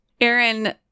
Aaron